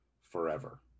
forever